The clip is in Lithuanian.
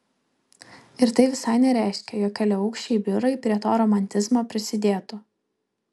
ir tai visai nereiškia jog keliaaukščiai biurai prie to romantizmo prisidėtų